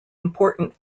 important